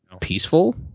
peaceful